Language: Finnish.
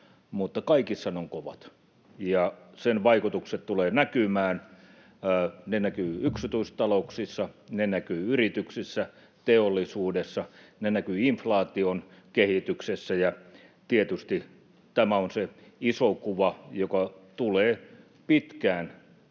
mutta kaikissa ne ovat kovat ja sen vaikutukset tulevat näkymään. Ne näkyvät yksityistalouksissa, ne näkyvät yrityksissä, teollisuudessa, ja ne näkyvät inflaation kehityksessä. Tietysti tämä on se iso kuva, joka tulee pitkään